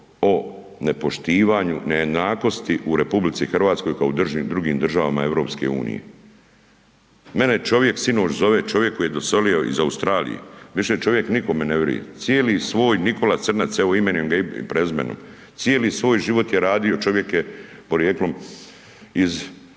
o nepoštivanju, nejednakosti u RH kao u drugim državama EU. Mene čovjek sinoć zove, čovjek koji je doselio iz Australije, više čovjek nikome ne viruje, cijeli svoj, Nikola Crnac evo imenujem ga imenom i prezimenom, cijeli svoj život je radio, čovjek je porijeklom iz druge